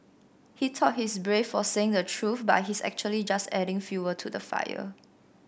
he thought he's brave for saying the truth but he's actually just adding fuel to the fire